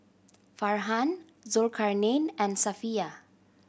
Farhan Zulkarnain and Safiya